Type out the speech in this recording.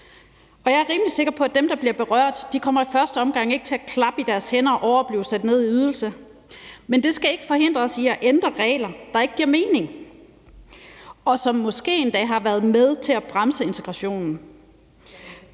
Jeg er rimelig sikker på, at dem, der bliver berørt, i første omgang ikke kommer til at klappe i deres hænder over at blive sat ned i ydelse, men det skal ikke forhindre os i at ændre regler, der ikke giver mening, og som måske endda har været med til at bremse integrationen.